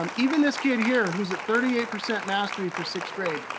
um even this kid here who's at thirty eight percent mastery for sixth grade,